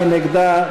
מי נגדה?